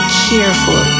careful